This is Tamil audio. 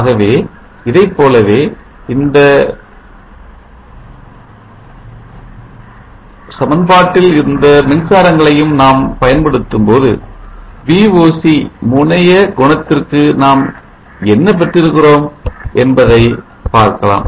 ஆகவே இதைப்போலவே இந்த பாட்டில் இந்த மின்சாரங்களையும் நாம் பயன்படுத்தும் போது Voc முனைய குணத்திற்கு நாம் என்ன பெற்றிருக்கிறோம் என்பதை பார்க்கலாம்